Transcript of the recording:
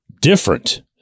different